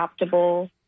adoptable